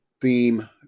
theme